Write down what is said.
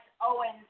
Owens